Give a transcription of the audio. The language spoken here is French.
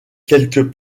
quelques